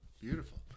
Beautiful